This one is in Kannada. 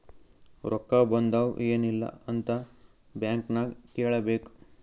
ರೊಕ್ಕಾ ಬಂದಾವ್ ಎನ್ ಇಲ್ಲ ಅಂತ ಬ್ಯಾಂಕ್ ನಾಗ್ ಕೇಳಬೇಕ್